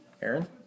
Aaron